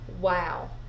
wow